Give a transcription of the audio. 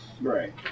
right